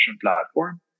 platform